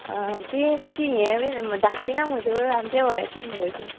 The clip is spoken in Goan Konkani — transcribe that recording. आं तीं तशीं हें बी धाकटीं ना मगो आमचे वयाचींच मुगो ती